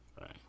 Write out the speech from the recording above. Right